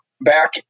back